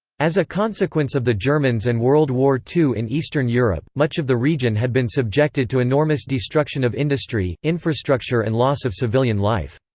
as a consequence of the germans and world war ii in eastern europe, much of the region had been subjected to enormous destruction of industry, infrastructure and loss of civilian life.